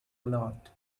lot